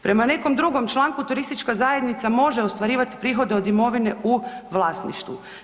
Prema nekom drugom članku turistička zajednica može ostvarivati prihode od imovine u vlasništvu.